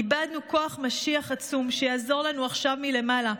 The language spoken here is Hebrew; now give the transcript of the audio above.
איבדנו כוח משיח עצום, שיעזור לנו עכשיו מלמעלה.